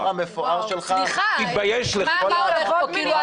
וגם מהקיבוצים הם מגיעים.